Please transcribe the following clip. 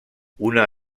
una